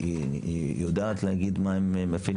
היא יודעת להגיד מה הם מפיקים בפועל.